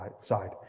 side